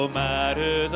matter